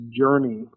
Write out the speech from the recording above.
journey